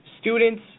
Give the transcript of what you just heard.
Students